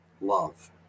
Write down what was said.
love